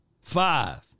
Five